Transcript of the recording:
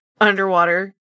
Underwater